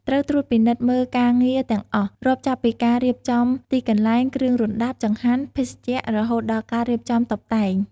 ត្រូវ ត្រួតពិនិត្យមើលការងារទាំងអស់ រាប់ចាប់ពីការរៀបចំទីកន្លែង គ្រឿងរណ្តាប់ ចង្ហាន់ ភេសជ្ជៈ រហូតដល់ការរៀបចំតុបតែង។